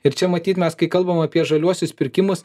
ir čia matyt mes kai kalbam apie žaliuosius pirkimus